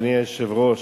אדוני היושב-ראש,